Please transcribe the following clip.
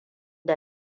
da